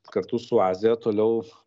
kartu su azija toliau